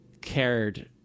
cared